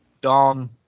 Dom